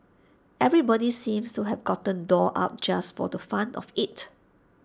everybody seems to have gotten dolled up just for the fun of IT